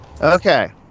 Okay